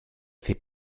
fait